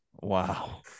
Wow